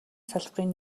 салбарын